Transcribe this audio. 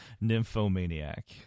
nymphomaniac